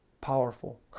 powerful